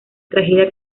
tragedia